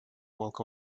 walk